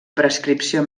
prescripció